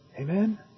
Amen